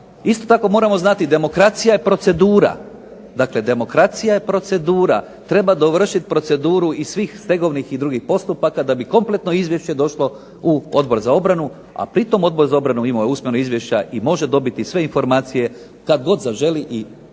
isto tako moramo znati demokracija je procedura, treba dovršiti proceduru iz svih stegovnih i drugih postupaka da bi kompletno izvješće došlo u Odbor za obranu, a pri tome Odbor za obranu ima i usmeno izvješće i može dobiti sve informacije kada god zaželi i to